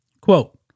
Quote